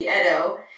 Edo